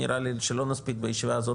נראה לי שלא נספיק בישיבה הזאת,